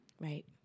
Right